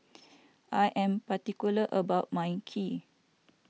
I am particular about my Kheer